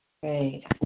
Great